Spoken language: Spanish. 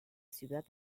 ciudad